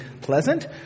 pleasant